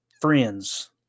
friends